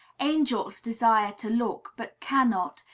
angels desire to look, but cannot,